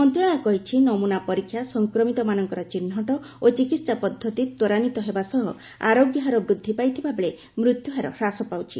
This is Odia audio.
ମନ୍ତ୍ରଣାଳୟ କହିଛି ନମୁନା ପରୀକ୍ଷା ସଂକ୍ରମିତମାନଙ୍କର ଚିହ୍ନଟ ଓ ଚିକିତ୍ସା ପଦ୍ଧତି ତ୍ୱରାନ୍ୱିତ ହେବା ସହ ଆରୋଗ୍ୟ ହାର ବୃଦ୍ଧି ପାଇଥିବାବେଳେ ମୃତ୍ୟୁହାର ହ୍ରାସ ପାଉଛି